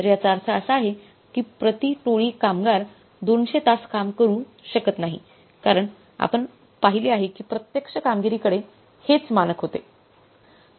तर याचा अर्थ असा आहे की प्रति टोळी कामगार 200 तास काम करू शकत नाही कारण आपण पाहिले आहे की प्रत्यक्ष कामगिरीकडे हेच मानक होते